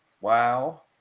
wow